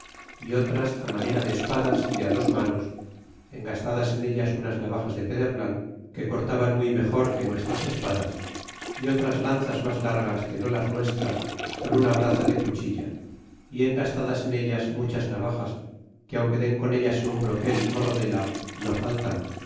y otras manera de espadas de dos manos engastadas en ellas unas navajas de pedernal que cortaban muy mejor que nuestras espadas é otras lanzas mas largas que no las nuestras con una braza de cuchilla y engastadas en ellas muchas navajas que aunque den con m'as en un broquel ó rodela no faltan